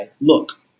look